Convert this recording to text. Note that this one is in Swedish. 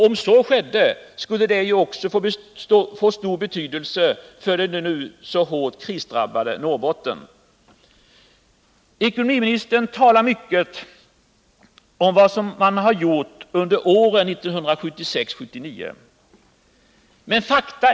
Om så skedde skulle det också få stor betydelse för det hårt krisdrabbade Norrbotten. Ekonomiministern talar mycket om vad man gjort under åren 1976-1979.